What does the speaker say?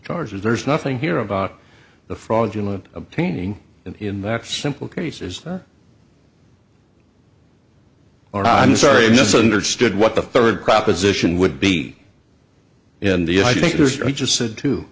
charges there's nothing here about the fraudulent obtaining in that simple cases or i'm sorry misunderstood what the third proposition would be and you know i think there's he just said to